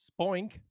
spoink